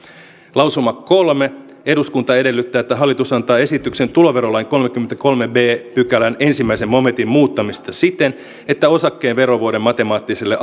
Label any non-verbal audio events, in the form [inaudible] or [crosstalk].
lausuma kolme eduskunta edellyttää että hallitus antaa esityksen tuloverolain kolmaskymmeneskolmas b pykälä ensimmäisen momentin muuttamisesta siten että osakkeen verovuoden matemaattiselle [unintelligible]